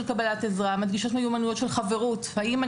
קבלת עזרה ומיומנויות של חברות האם,